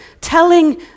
telling